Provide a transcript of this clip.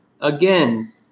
again